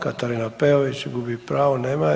Katarina Peović, gubi pravo, nema je.